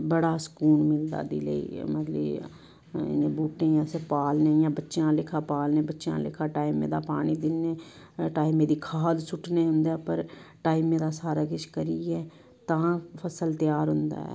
बड़ा सकून मिलदा दिलै गी मतलब इ'नें बूहटें गी अस पालने इ'यां बच्चे आह्ला लेखा पालने बच्चे आह्ला लेखा टाइम दा पानी दिन्नें टाइमै दी खाद सुट्टने उं'दे उप्पर टाइमै दा सारा किश करियै तां फसल त्यार होंदा ऐ